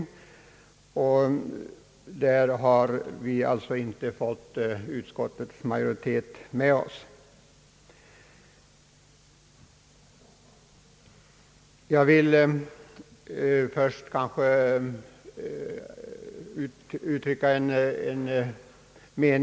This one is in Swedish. Därvidlag har vi alltså inte fått utskottsmajoriteten med OSS.